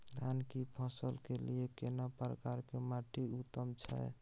धान की फसल के लिये केना प्रकार के माटी उत्तम छै?